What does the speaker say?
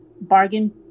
bargain